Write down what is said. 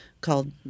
called